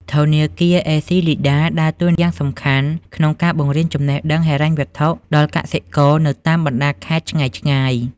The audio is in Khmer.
ធនាគារ អេស៊ីលីដា (ACLEDA) ដើរតួយ៉ាងសំខាន់ក្នុងការបង្រៀនចំណេះដឹងហិរញ្ញវត្ថុដល់កសិករនៅតាមបណ្ដាខេត្តឆ្ងាយៗ។